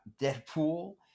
Deadpool